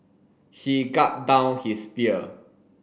he gulped down his beer